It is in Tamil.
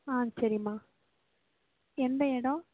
ஆ சரிம்மா எந்த இடோம்